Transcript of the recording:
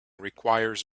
requires